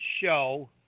show